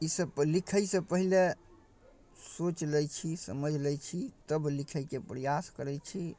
ईसब लिखैसँ पहिले सोचि लै छी समझि लै छी तब लिखैके प्रयास करै छी